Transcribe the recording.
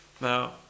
Now